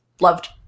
loved